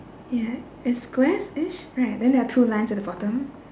ya it's squareish right then there are two lines at the bottom